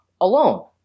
alone